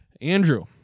Andrew